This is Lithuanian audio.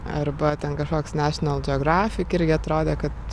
arba ten kažkoks national geographic irgi atrodė kad